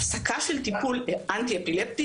הוא יאמר לכם שהפסקה בטיפול אנטי אפילפטי